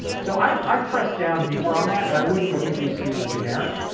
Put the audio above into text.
so, i'd i'd press down deeper on that and i wouldn't view vc as generic.